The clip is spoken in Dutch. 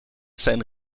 zijn